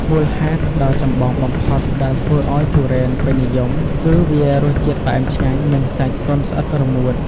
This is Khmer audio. មូលហេតុដ៏ចម្បងបំផុតដែលធ្វើឲ្យទុរេនពេញនិយមគឺ វារសជាតិផ្អែមឆ្ងាញ់ និងសាច់ទន់ស្អិតរមួត។